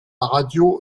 radio